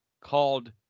called